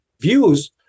views